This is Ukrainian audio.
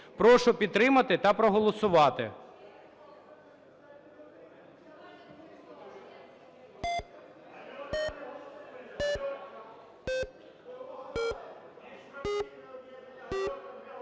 Прошу підтримати та проголосувати.